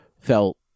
felt